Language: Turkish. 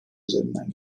üzerinden